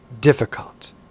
difficult